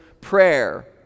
prayer